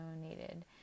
needed